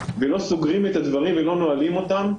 ולא סוגרים את הדברים ולא נועלים אותם?